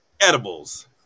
Edibles